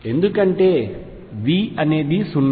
ఎందుకంటే V అనేది 0